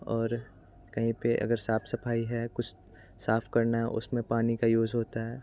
और कहीं पे अगर साफ़ सफ़ाई है कुछ साफ़ करना है उसमें पानी का यूज़ होता है